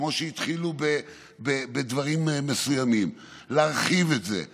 כמו שהתחילו בדברים מסוימים להרחיב את זה,